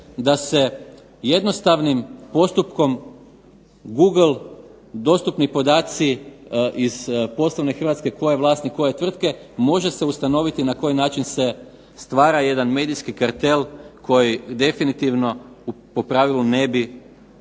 da se jednostavnim postupkom Google dostupni podaci iz poslovne Hrvatske tko je vlasnik koje tvrtke može se ustanoviti na koji način se stvara jedan medijski kartel koji definitivno po pravilu ne bi trebao